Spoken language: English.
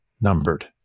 numbered